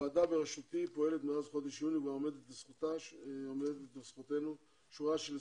הוועדה בראשיתי פועלת מאז חודש יוני ועומדת לזכותנו שורה של הישגים.